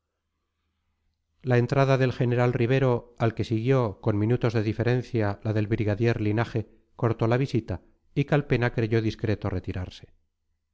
la entrada del general ribero al que siguió con minutos de diferencia la del brigadier linaje cortó la visita y calpena creyó discreto retirarse